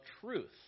truth